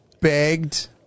begged